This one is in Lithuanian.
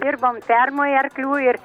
dirbom fermoj arklių ir